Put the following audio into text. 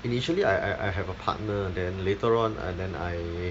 initially I I I have a partner then later on I and then I